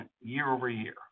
year-over-year